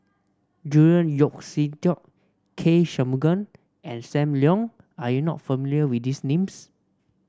Julian Yeo See Teck K Shanmugam and Sam Leong are you not familiar with these names